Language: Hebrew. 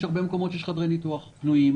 בהרבה מקומות יש חדרי ניתוח פנויים